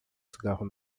cigarro